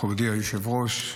מכובדי היושב-ראש,